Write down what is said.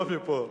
לא מפה.